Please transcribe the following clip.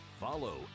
follow